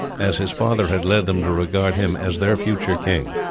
as his father had led them to regard him as their future king.